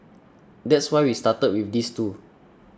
that's why we started with these two